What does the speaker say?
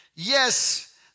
Yes